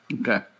Okay